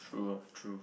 true ah true